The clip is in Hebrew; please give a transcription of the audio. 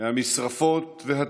מהמשרפות והתופת,